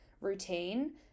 routine